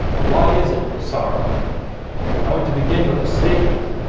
why is it sorrow i want to begin with a statement.